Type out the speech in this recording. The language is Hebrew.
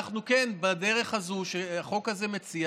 בדרך שהחוק הזה מציע